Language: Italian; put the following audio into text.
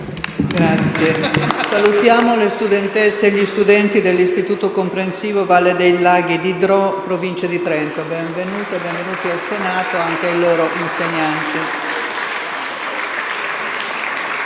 Salutiamo le studentesse e gli studenti dell'Istituto comprensivo «Valle dei Laghi» di Dro, in provincia di Trento. Diamo il benvenuto al Senato anche ai loro insegnanti.